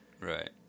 Right